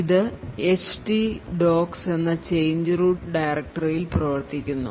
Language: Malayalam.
ഇത് ht docs എന്ന change root ഡയറക്ടറിയിൽ പ്രവർത്തിക്കുന്നു